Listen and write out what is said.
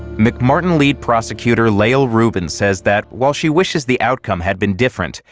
mcmartin lead prosecutor, lael rubin, says that while she wishes the outcome had been different,